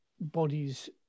bodies